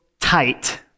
tight